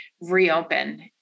reopen